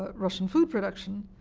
ah russian food production,